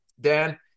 Dan